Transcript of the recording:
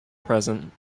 present